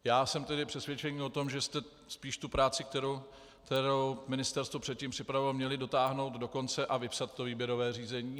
Já jsem tedy přesvědčen o tom, že jste spíš tu práci, kterou ministerstvo předtím připravilo, měli dotáhnout do konce a vypsat výběrové řízení.